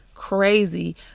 crazy